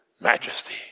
majesty